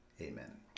amen